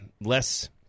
less